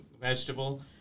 vegetable